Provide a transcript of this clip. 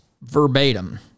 verbatim